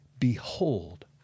Behold